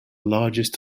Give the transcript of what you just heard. largest